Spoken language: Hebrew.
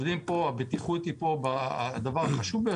הבטיחות היא הדבר החשוב ביותר.